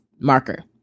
marker